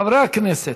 חברי הכנסת,